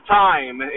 time